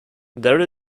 there